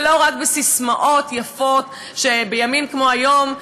ולא רק בססמאות יפות בימים כמו היום,